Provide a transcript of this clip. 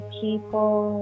people